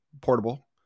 portable